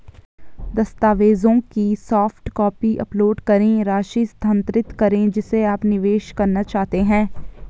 दस्तावेजों की soft copy upload करें, राशि स्थानांतरित करें जिसे आप निवेश करना चाहते हैं